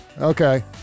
Okay